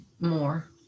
more